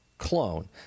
clone